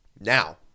Now